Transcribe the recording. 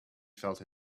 felt